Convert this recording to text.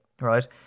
right